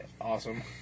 awesome